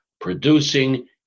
producing